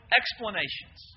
explanations